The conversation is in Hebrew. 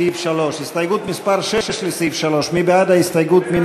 הסתייגות מס' 6 לסעיף 3, מי בעד ההסתייגות?